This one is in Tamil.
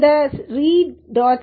இந்த read